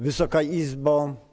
Wysoka Izbo!